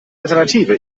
alternative